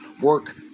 work